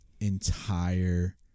entire